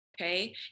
Okay